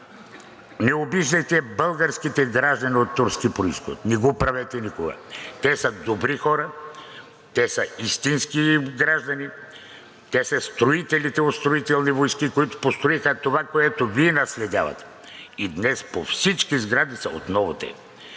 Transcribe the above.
Не обиждайте българските граждани от турски произход! Не го правете никога! Те са добри хора, те са истински граждани, те са строителите от Строителни войски, които построиха това, което Вие наследявате. И днес по всички сгради са отново те,